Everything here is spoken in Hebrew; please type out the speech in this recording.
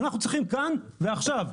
אנחנו צריכים כאן ועכשיו.